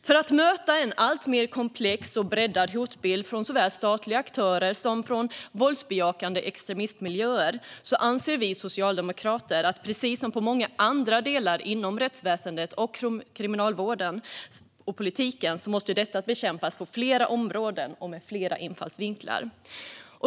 För att möta en alltmer komplex och breddad hotbild från såväl statliga aktörer som våldsbejakande extremistmiljöer anser vi socialdemokrater att detta, precis som många andra delar inom rättsväsende, kriminalvården och kriminalpolitiken, måste bekämpas på flera områden och med flera infallsvinklar.